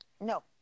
No